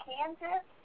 Kansas